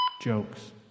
Jokes